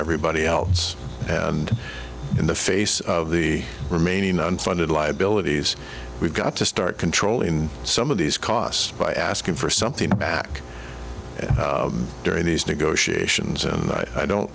everybody else and in the face of the remaining unfunded liabilities we've got to start controlling some of these costs by asking for something back during these negotiations and i don't